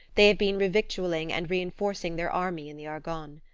they have been revictualling and reinforcing their army in the argonne.